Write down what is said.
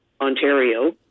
Ontario